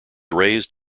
raised